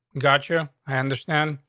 gotcha. i understand.